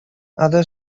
other